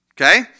okay